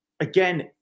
Again